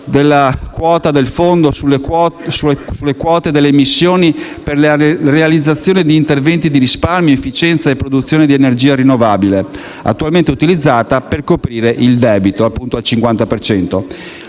della quota del fondo sulle quote delle emissioni per la realizzazione di interventi di risparmio, efficienza e produzione di energia rinnovabile, attualmente utilizzata per coprire il debito, appunto, al 50